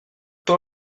pas